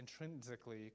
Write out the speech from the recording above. intrinsically